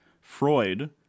Freud